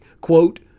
quote